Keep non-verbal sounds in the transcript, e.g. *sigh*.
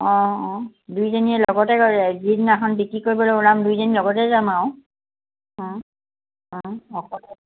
অঁ অঁ দুইজনীয়ে লগতে *unintelligible* যিদিনাখন বিক্ৰী কৰিবলৈ ওলাম দুইজনীয়ে লগতে যাম আৰু *unintelligible*